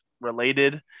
related